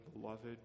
beloved